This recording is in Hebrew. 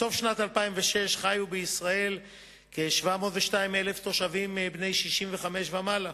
בסוף שנת 2006 חיו בישראל כ-702,000 תושבים בני 65 ומעלה.